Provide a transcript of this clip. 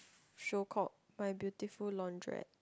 show called My-Beautiful-Laundrette